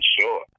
sure